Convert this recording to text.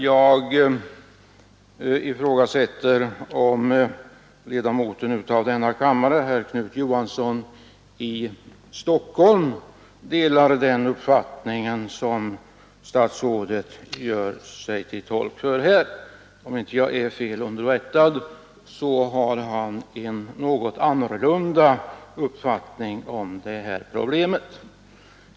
Jag ifrågasätter också om ledamoten av denna kammare, herr Knut Johansson i Stockholm, från byggnads arbetarnas synpunkt delar den mening som statsrådet ger uttryck för här. Om jag inte är felunderrättad har han en något annorlunda uppfattning om detta problem.